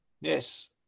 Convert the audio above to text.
yes